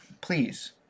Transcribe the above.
Please